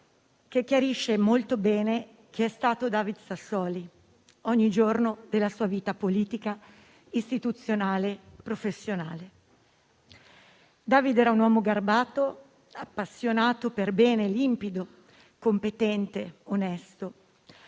che chiarisce molto bene chi è stato David Sassoli ogni giorno della sua vita politica, istituzionale e professionale. David era un uomo garbato, appassionato, perbene, limpido, competente e onesto.